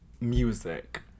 music